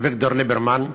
אביגדור ליברמן,